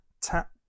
tap